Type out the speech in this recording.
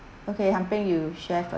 okay han peng you share first